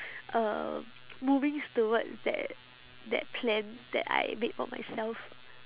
uh moving towards that that plan that I made for myself